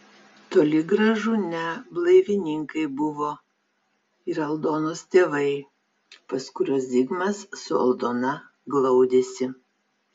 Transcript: toli gražu ne blaivininkai buvo ir aldonos tėvai pas kuriuos zigmas su aldona glaudėsi